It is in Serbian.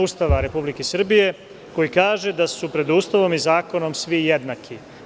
Ustava Republike Srbije, koji kaže da su pred Ustavom i zakonom svi jednaki.